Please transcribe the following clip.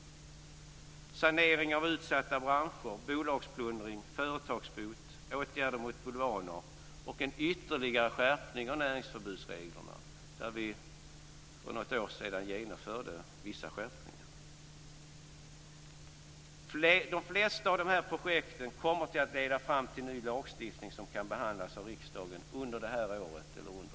Vidare är det sanering av utsatta branscher, bolagsplundring, företagsbot, åtgärder mot bulvaner och en ytterligare skärpning av reglerna om näringsförbud - för något år sedan genomfördes vissa skärpningar. De flesta av dessa projekt kommer att leda fram till ny lagstiftning som kan behandlas av riksdagen under 1998.